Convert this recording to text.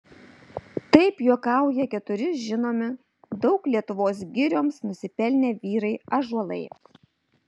taip juokauja keturi žinomi daug lietuvos girioms nusipelnę vyrai ąžuolai